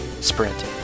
sprint